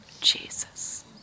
Jesus